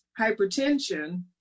hypertension